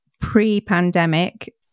pre-pandemic